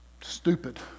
stupid